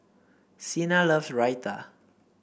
Cena love Raita